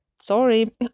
Sorry